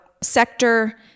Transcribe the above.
sector